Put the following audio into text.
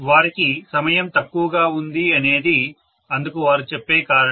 వారికి సమయం తక్కువగా ఉంది అనేది అందుకు వారు చెప్పే కారణం